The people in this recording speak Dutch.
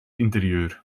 interieur